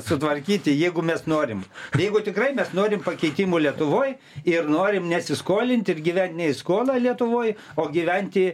sutvarkyti jeigu mes norim jeigu tikrai mes norim pakeitimų lietuvoj ir norim nesiskolint ir gyvent ne į skolą lietuvoj o gyventi